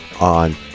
on